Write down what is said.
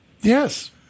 Yes